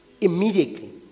immediately